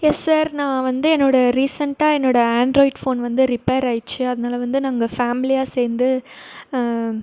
S sir நான் வந்து என்னோடய ரீசென்ட்டாக என்னோடய ஆண்ட்ராய்ட் ஃபோன் வந்து ரிப்பேர் ஆகிடுச்சு அதனால் வந்து நாங்கள் ஃபேமிலியாக சேர்ந்து